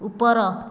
ଉପର